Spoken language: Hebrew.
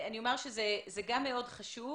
אני אומר שזה גם מאוד חשוב